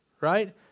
right